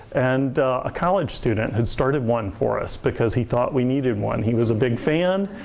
and a college student had started one for us because he thought we needed one. he was a big fan.